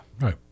Right